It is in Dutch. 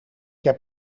heb